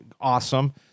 awesome